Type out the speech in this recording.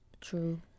True